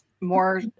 more